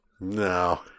No